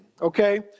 okay